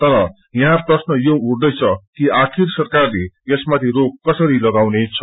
तर यहाँ प्रश्न यो उठदैछ कि आखिर सरकारले यसमाथि रोक कसरी लगाउनेछ